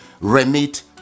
remit